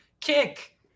Kick